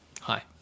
hi